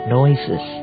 noises